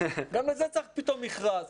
גם לזה צריך פתאום מכרז.